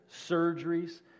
surgeries